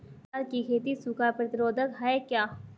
ग्वार की खेती सूखा प्रतीरोधक है क्या?